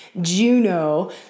Juno